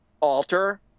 alter